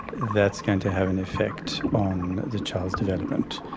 that's going to have an effect on the child's development,